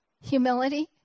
Humility